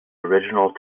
original